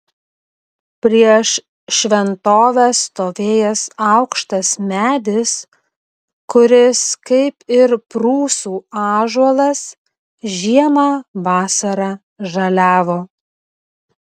prieš šventovę stovėjęs aukštas medis kuris kaip ir prūsų ąžuolas žiemą vasarą žaliavo